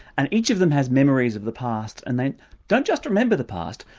and each of them has memories of the past, and they don't just remember the past,